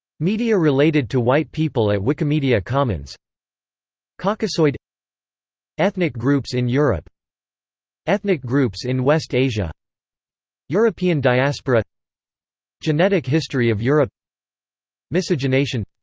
media related to white people at wikimedia commons caucasoid ethnic groups in europe ethnic groups in west asia european diaspora genetic history of europe miscegenation